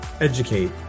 educate